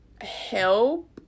help